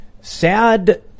sad